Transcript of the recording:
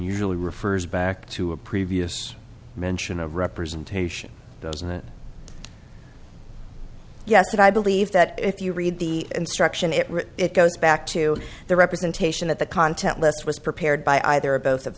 usually refers back to a previous mention of representation doesn't it yes i believe that if you read the instruction it it goes back to the representation that the content list was prepared by either or both of